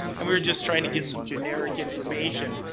and we were just trying to get some generic information.